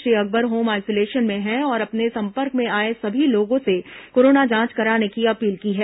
Shri Akbar home isolation में है और अपने संपर्क में आए सभी लोगों से कोरोना जांच कराने की अपील की है